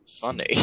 funny